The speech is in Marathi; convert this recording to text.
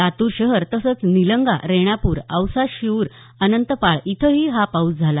लातूर शहर तसंच निलंगा रेणापूर औसा शिरूर अनंतपाळ इथंही हा पाऊस झाला